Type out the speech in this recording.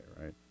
right